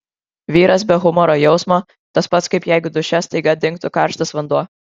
vyras be humoro jausmo tas pats kaip jeigu duše staiga dingtų karštas vanduo